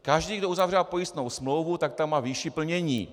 Každý, kdo uzavírá pojistnou smlouvu, tak tam má výši plnění.